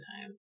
time